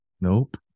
Nope